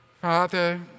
Father